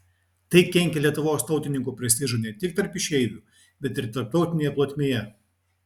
tai kenkė lietuvos tautininkų prestižui ne tik tarp išeivių bet ir tarptautinėje plotmėje